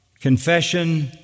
confession